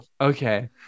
okay